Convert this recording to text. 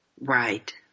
Right